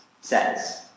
says